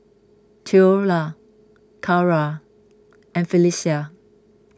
theola Carra and Phylicia